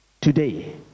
Today